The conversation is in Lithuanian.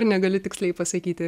negaliu tiksliai pasakyti